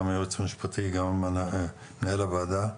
גם היועץ המשפטי וגם מנהל הוועדה.